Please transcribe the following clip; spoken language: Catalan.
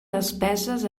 despeses